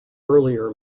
earlier